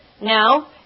Now